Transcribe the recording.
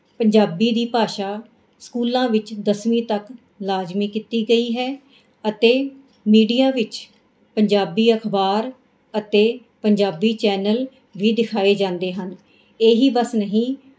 ਪੰਜਾਬੀ ਦੀ ਭਾਸ਼ਾ ਸਕੂਲਾਂ ਵਿੱਚ ਦਸਵੀਂ ਤੱਕ ਲਾਜ਼ਮੀ ਕੀਤੀ ਗਈ ਹੈ ਅਤੇ ਮੀਡੀਆ ਵਿੱਚ ਪੰਜਾਬੀ ਅਖਬਾਰ ਅਤੇ ਪੰਜਾਬੀ ਚੈਨਲ ਵੀ ਦਿਖਾਏ ਜਾਂਦੇ ਹਨ ਇਹ ਹੀ ਬਸ ਨਹੀਂ